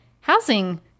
housing